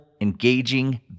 engaging